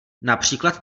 například